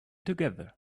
together